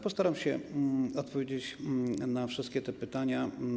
Postaram się odpowiedzieć na wszystkie pytania.